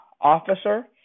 officer